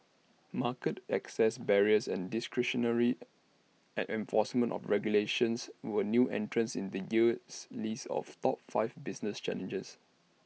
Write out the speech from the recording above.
market access barriers and discretionary at enforcement of regulations were new entrants in this year's list of top five business challenges